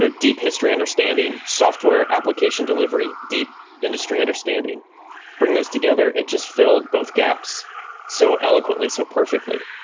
so deep history understanding, software application delivery, deep industry understanding bring those together. it just filled both gaps so eloquently, so perfectly,